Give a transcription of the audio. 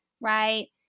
right